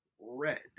red